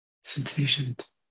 sensations